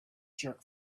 jerk